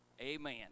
Amen